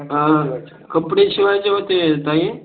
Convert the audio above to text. हा कपडे शिवायचे होते ताई